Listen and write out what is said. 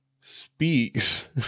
speaks